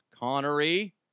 Connery